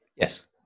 yes